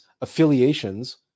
affiliations